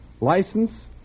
license